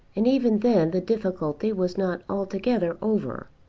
and even then the difficulty was not altogether over.